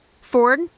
Ford